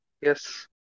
Yes